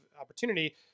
opportunity